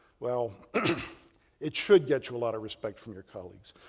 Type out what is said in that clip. well it should get you a lot of respect from your colleagues.